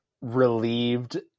relieved